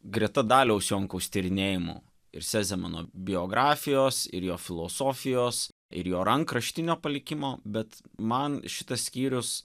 greta daliaus jonkaus tyrinėjimų ir sezemano biografijos ir jo filosofijos ir jo rankraštinio palikimo bet man šitas skyrius